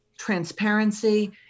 transparency